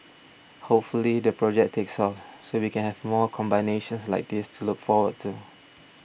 hopefully the project takes off so we can have more combinations like this to look forward to